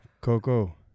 Coco